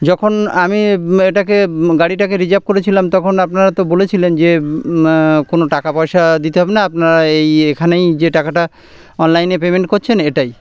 যখন আমি এটাকে গাড়িটাকে রিজার্ভ করেছিলাম তখন আপনারা তো বলেছিলেন যে কোনো টাকা পয়সা দিতে হবে না আপনারা এই এখানেই যে টাকাটা অনলাইনে পেমেন্ট করছেন এটাই